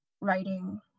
writing